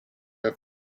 river